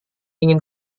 ingin